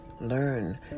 Learn